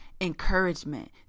encouragement